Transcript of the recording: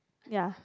ya